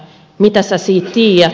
mitä sä siit tiiät